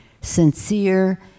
sincere